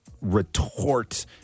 retort